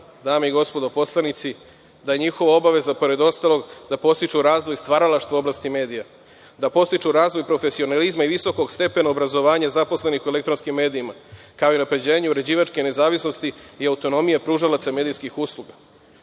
dame i gospodo poslanici, da je njihova obaveza, pored ostalog, da podstiču razvoj stvaralaštva u oblasti medija, da podstiču razvoj profesionalizma i visokog stepena obrazovanja zaposlenih u elektronskim medijima, kao i unapređenje uređivačke nezavisnosti i autonomije pružalaca medijskih usluga